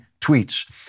tweets